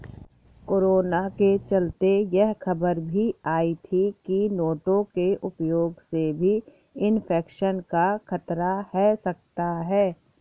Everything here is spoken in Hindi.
कोरोना के चलते यह खबर भी आई थी की नोटों के उपयोग से भी इन्फेक्शन का खतरा है सकता है